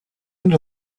end